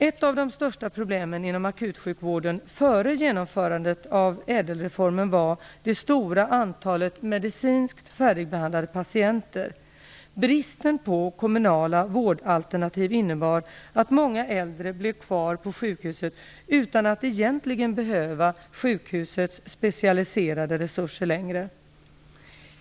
Ett av de största problemen inom akutsjukvården före genomförandet av ÄDEL-reformen var det stora antalet medicinskt färdigbehandlade patienter. Bristen på kommunala vårdalternativ innebar att många äldre blev kvar på sjukhuset utan att egentligen behöva sjukhusets specialiserade resurser längre.